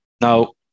now